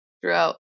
throughout